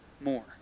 more